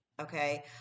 okay